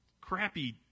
crappy